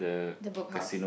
the Book House